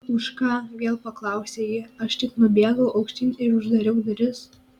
už ką vėl paklausė ji aš tik nubėgau aukštyn ir uždariau duris